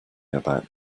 about